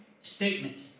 statement